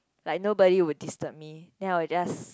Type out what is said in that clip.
like nobody would disturb me then I would just